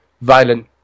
violent